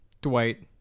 Dwight